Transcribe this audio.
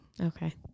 Okay